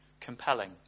compelling